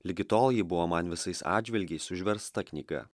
ligi tol ji buvo man visais atžvilgiais užversta knyga